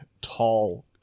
tall